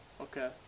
Okay